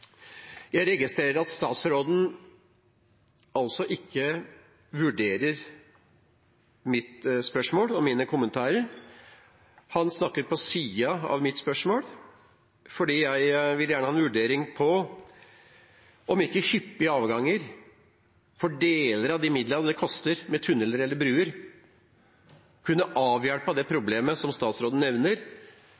Jeg registrerer at statsråden ikke vurderer mitt spørsmål og mine kommentarer. Han snakker på siden av mitt spørsmål. Jeg vil gjerne ha en vurdering av om ikke hyppige avganger for deler av de midlene det koster med tuneller eller bruer, kunne avhjulpet det